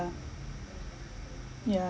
yeah